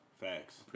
Facts